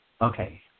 Okay